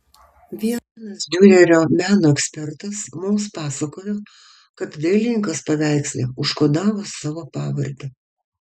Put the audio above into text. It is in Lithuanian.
vienas diurerio meno ekspertas mums pasakojo kad dailininkas paveiksle užkodavo savo pavardę